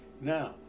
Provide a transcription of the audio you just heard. now